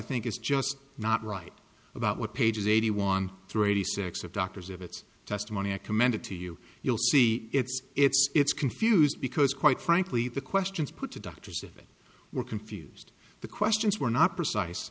think is just not right about what pages eighty one through eighty six of doctors if it's testimony i commend it to you you'll see it's it's it's confused because quite frankly the questions put to doctors that were confused the questions were not precise